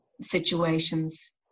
situations